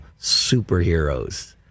Superheroes